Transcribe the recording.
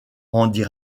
rendit